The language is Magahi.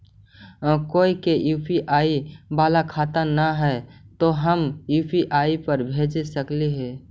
कोय के यु.पी.आई बाला खाता न है तो हम यु.पी.आई पर भेज सक ही?